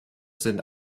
sind